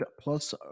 plus